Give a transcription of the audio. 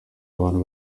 abantu